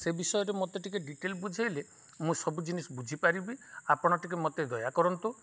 ସେ ବିଷୟରେ ମୋତେ ଟିକେ ଡ଼ିଟେଲ୍ ବୁଝେଇଲେ ମୁଁ ସବୁ ଜିନିଷ୍ ବୁିପାରିବି ଆପଣ ଟିକେ ମୋତେ ଦୟାକରନ୍ତୁ